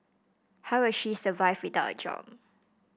how will she survive without a job